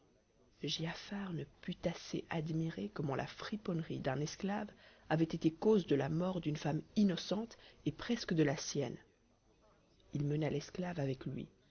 giafar ne put assez admirer comment la friponnerie d'un esclave avait été cause de la mort d'une femme innocente et presque de la sienne il mena l'esclave avec lui